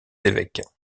évêques